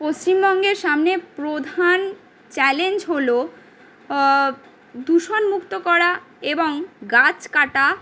পশ্চিমবঙ্গের সামনে প্রধান চ্যালেঞ্জ হল দূষণমুক্ত করা এবং গাছ কাটা